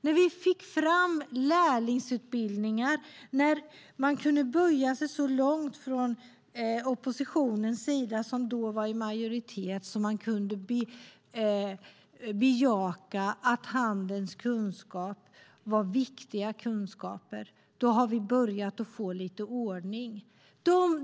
När vi fick fram lärlingsutbildningar, när oppositionen som då var i majoritet kunde böja sig så långt att man kunde bejaka att handens kunskaper var viktiga kunskaper, började vi få lite ordning.